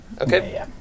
Okay